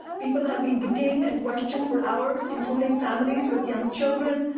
people have been detained and questioned four hours, including families with young children.